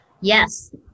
Yes